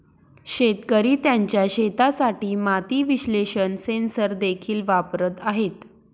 शेतकरी त्यांच्या शेतासाठी माती विश्लेषण सेन्सर देखील वापरत आहेत